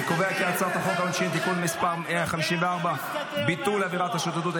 אני קובע כי הצעת חוק העונשין (תיקון מס' 154) (ביטול עבירת השוטטות),